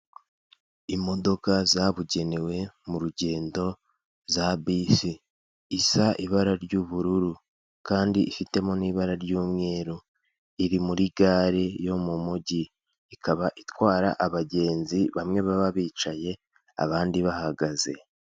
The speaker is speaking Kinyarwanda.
Imodoka zabugenewe mu rugendo za bisi isa ibara ry'ubururu kandi ifitemo n'ibara ry'umweru iri muri gare yo mu mujyi ikaba itwara abagenzi bamwe baba bicaye abandi bahagaze.